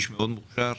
איש מוכשר מאוד,